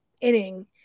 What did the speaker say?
inning